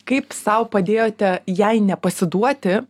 kaip sau padėjote jai nepasiduoti